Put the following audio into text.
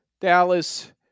Dallas